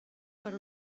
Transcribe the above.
per